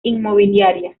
inmobiliaria